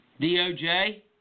DOJ